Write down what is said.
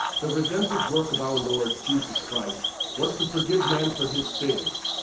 the redemptive work of our lord jesus christ was to forgive man for his sins,